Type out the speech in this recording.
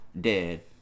dead